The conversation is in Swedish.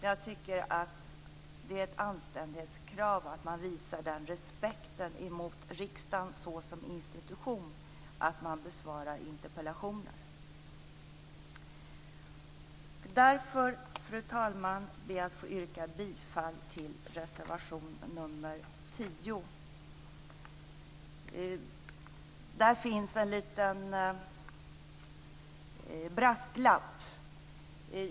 Jag tycker att det är ett anständighetskrav att visa den respekten mot riksdagen som institution, dvs. att besvara interpellationer. Fru talman! Jag ber att få yrka bifall till reservation nr 10. Där finns en liten brasklapp.